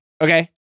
okay